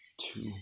two